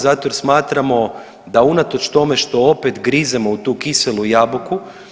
Zato jer smatramo da unatoč tome što opet grizemo u tu kiselu jabuku.